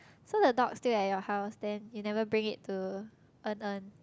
so the dog still at your house then you never bring it to En En